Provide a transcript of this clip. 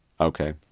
Okay